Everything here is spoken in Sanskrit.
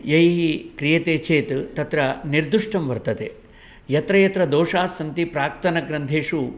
यैः क्रियते चेत् तत्र निर्देष्टं वर्तते यत्र यत्र दोषास्सन्ति प्राक्तनग्रन्थेषु